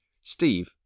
Steve